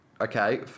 Okay